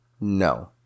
no